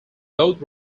both